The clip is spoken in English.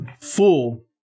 full